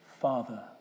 Father